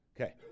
okay